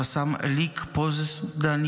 רס"מ אליק פוזדניאקוב,